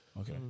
Okay